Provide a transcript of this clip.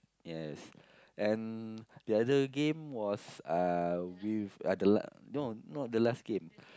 yes and the other game was uh with uh the l~ no not the last game